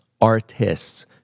artists